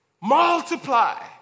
multiply